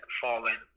fallen